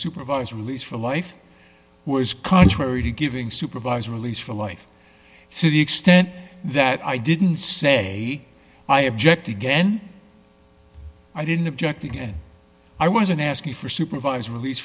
supervised release for life was contrary to giving supervised release for life so the extent that i didn't say i object again i didn't object again i wasn't asking for supervised release